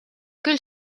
küll